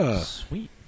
sweet